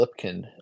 Lipkin